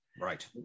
right